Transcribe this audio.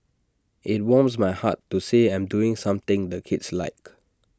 IT warms my heart to say I'm doing something the kids like